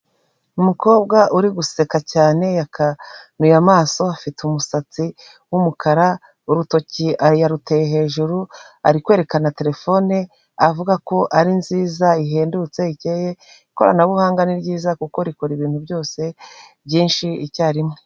Umukobwa uri guseka cyane, yakanuye amaso, afite umusatsi w'umukara, urutoki yaruteye hejuru, ari kwerekana telefone avuga ko ari nziza, ihendutse, ikoranabuhanga ni ryiza kuko rikora ibintu byose, byinshi, icyarimwe.